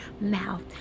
mouth